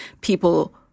people